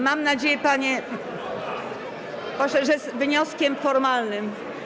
Mam nadzieję, panie pośle, że z wnioskiem formalnym.